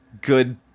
good